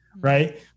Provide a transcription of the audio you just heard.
right